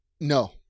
no